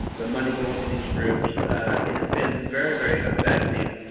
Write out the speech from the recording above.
the money going to these groups has been very, very effective.